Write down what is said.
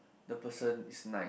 the person is nice